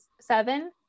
seven